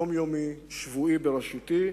יומיומי, שבועי, בראשותי,